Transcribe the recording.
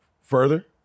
further